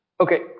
Okay